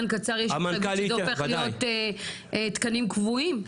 קצר יש שזה הופך להיות תקנים קבועים.